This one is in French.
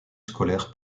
scolaire